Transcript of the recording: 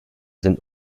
sind